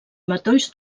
matolls